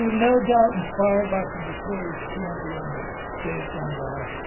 no doubt inspired by some victorious champion of days gone by.